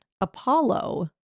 Apollo